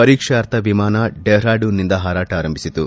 ಪರೀಕ್ಷಾರ್ಥ ವಿಮಾನ ಡೆಹರಾಡೂನ್ನಿಂದ ಹಾರಾಟ ಆರಂಭಿಸಿತು